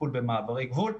טיפול במעברי גבול.